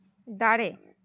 ᱫᱟᱨᱮ